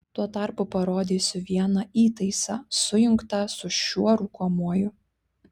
tuo tarpu parodysiu vieną įtaisą sujungtą su šiuo rūkomuoju